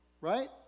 Right